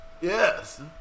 Yes